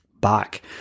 back